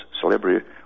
celebrity